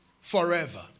forever